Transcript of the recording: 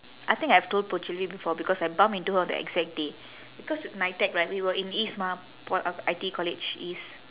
I think I've told Puchili before because I bump into her on the exact day because nitec right we were in east mah p~ I_T_E college east